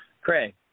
Craig